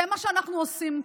זה מה שאנחנו עושים פה,